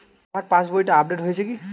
আমার পাশবইটা আপডেট হয়েছে কি?